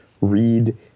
read